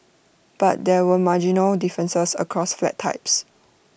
but there were marginal differences across flat types